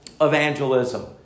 evangelism